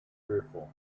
fearful